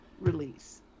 release